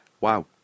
Wow